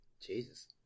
jesus